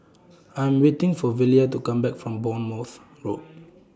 I Am waiting For Velia to Come Back from Bournemouth Road